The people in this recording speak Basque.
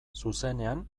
zuzenean